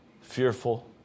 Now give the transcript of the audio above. fearful